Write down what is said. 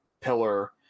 pillar